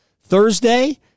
Thursday